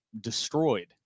destroyed